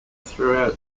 throughout